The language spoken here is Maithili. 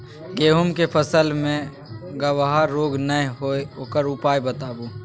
गेहूँ के फसल मे गबहा रोग नय होय ओकर उपाय बताबू?